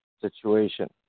situation